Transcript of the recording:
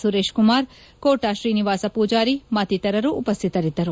ಸುರೇಶ್ ಕುಮಾರ್ ಕೋಟಾ ಶ್ರೀನಿವಾಸ ಪೂಜಾರಿ ಮತ್ತಿತರರು ಉಪಸ್ಥಿತರಿದ್ದರು